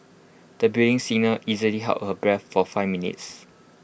the budding singer easily held her breath for five minutes